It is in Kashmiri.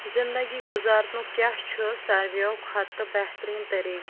زندگی گُزارنُک کیٛاہ چھُ سٲروِیو کھۄتہٕ بہتریٖن طریقہٕ